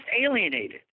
alienated